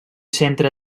centre